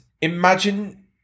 imagine